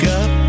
up